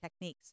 techniques